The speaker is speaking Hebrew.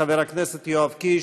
חבר הכנסת יואב קיש,